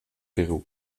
peru